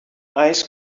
ice